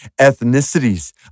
ethnicities